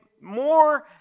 more